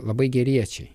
labai geriečiai